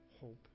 hope